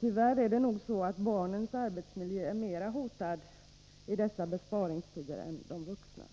Tyvärr är det nog så att barnens arbetsmiljö är mera hotad i dessa besparingstider än de vuxnas.